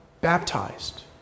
baptized